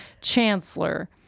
Chancellor